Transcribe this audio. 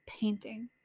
painting